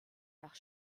nach